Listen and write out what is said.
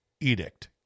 edict